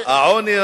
העוני,